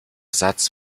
satz